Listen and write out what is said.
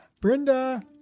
Brenda